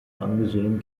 angesehen